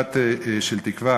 משפט של תקווה